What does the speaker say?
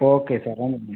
okay sir